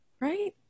right